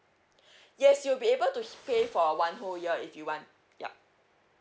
yes you'll be able to pay for one whole year if you want yup